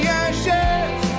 ashes